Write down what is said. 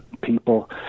People